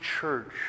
church